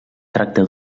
tracta